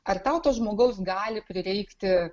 ar tau to žmogaus gali prireikti